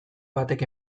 batek